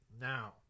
Now